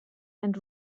and